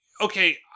Okay